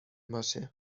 باشه